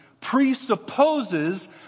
presupposes